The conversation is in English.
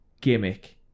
gimmick